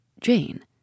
Jane